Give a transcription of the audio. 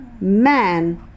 man